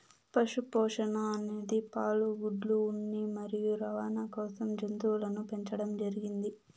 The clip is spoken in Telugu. పశు పోషణ అనేది పాలు, గుడ్లు, ఉన్ని మరియు రవాణ కోసం జంతువులను పెంచండం జరిగింది